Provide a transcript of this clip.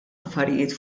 affarijiet